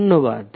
ধন্যবাদ